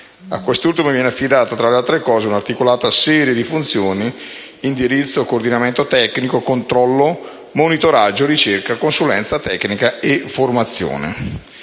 A quest'ultimo viene affidata, tra le altre cose, un'articolata serie di funzioni di indirizzo, coordinamento tecnico, controllo, monitoraggio, ricerca, consulenza tecnica e formazione.